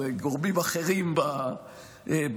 זה גורמים אחרים במשרדי,